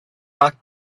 back